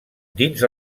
dins